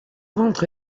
ventre